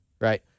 right